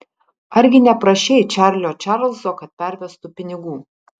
argi neprašei čarlio čarlzo kad pervestų pinigų